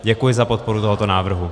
Děkuji za podporu tohoto návrhu.